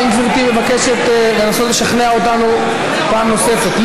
האם גברתי מבקשת לנסות לשכנע אותנו פעם נוספת?